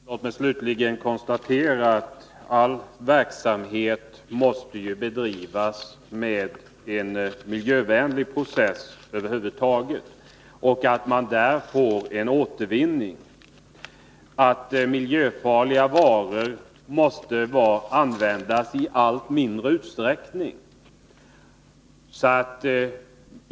Herr talman! Låt mig slutligen konstatera att all verksamhet måste bedrivas med en miljövänlig process som resulterar i en återvinning, och att miljöfarliga varor måste användas i allt mindre utsträckning.